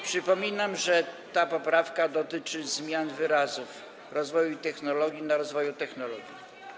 Przypominam, że ta poprawka dotyczy zastąpienia wyrazów „Rozwoju i Technologii” wyrazami „Rozwoju Technologii”